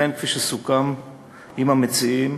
ולכן, כפי שסוכם עם המציעים,